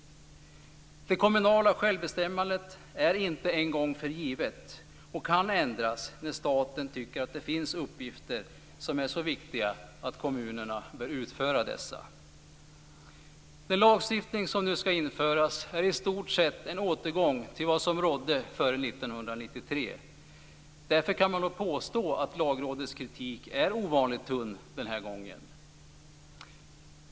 Det kommunala självbestämmandet är inte en gång för givet och kan ändras när staten tycker att det finns uppgifter som är så viktiga att kommunerna bör utföra dessa. Den lagstiftning som nu ska införas är i stort sett en återgång till vad som rådde före 1993. Därför kan man nog påstå att Lagrådets kritik är ovanligt tunn den här gången.